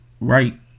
right